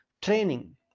training